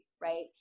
right